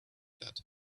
that